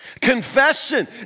confession